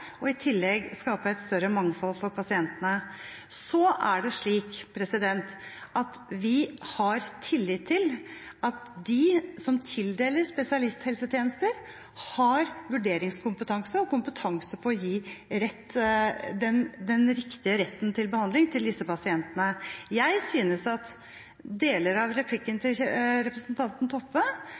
og i tillegg skape et større mangfold for pasientene. Vi har tillit til at de som tildeler spesialisthelsetjenester, har vurderingskompetanse og kompetanse til å gi den riktige retten til behandling til disse pasientene. Jeg synes at deler av replikken til representanten Toppe